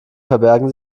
verbergen